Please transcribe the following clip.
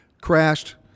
crashed